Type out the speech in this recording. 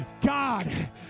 God